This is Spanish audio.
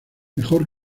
mejor